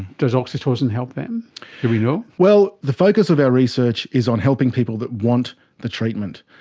does oxytocin help them we know? well, the focus of our research is on helping people that want the treatment.